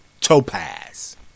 topaz